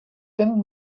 tenen